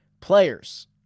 players